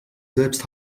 selbst